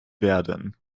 werden